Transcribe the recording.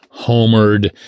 homered